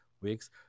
weeks